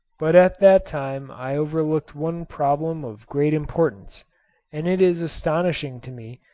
but at that time i overlooked one problem of great importance and it is astonishing to me,